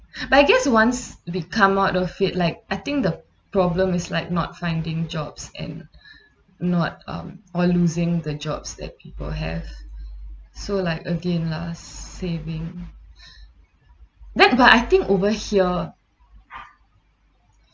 but I guess once we come out of it like I think the problem is like not finding jobs and not um or losing the jobs that people have so like again lah saving that's but I think over here